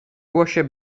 głosie